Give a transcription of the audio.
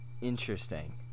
interesting